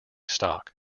stock